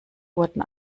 wurden